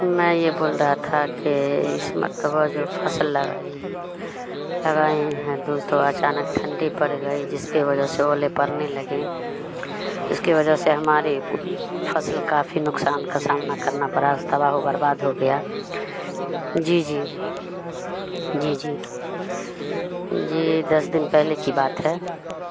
میں یہ بول رہا تھا کہ اس مرتبہ جو فصل لگائی لگائ ہیں دوست و اچانک ٹھنڈی پر گئی جس کی وجہ سے اولے پرڑنے لگے اس کی وجہ سے ہمارے فصل کافی نقصان کا سامنا کرنا پڑا استباہ ہو و برباد ہو گیا جی جی جی جی جی دس دن پہلے کی بات ہے